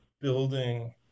building